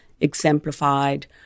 exemplified